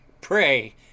Pray